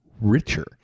richer